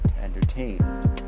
entertained